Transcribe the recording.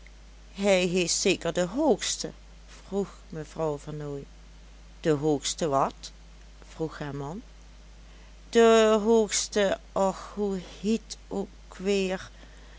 hij heeft zeker de hoogste vroeg mevrouw vernooy de hoogste wat vroeg haar man de hoogste och hoe hiet het ook weer